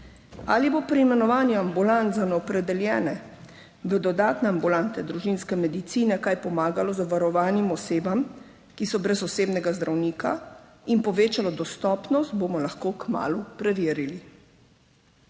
Ali bo pri imenovanju ambulant, opredeljene v dodatne ambulante družinske medicine, kaj pomagalo zavarovanim osebam, ki so brez osebnega zdravnika, in povečalo dostopnost, bomo lahko kmalu preverili.